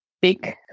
big